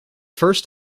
first